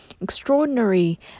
Extraordinary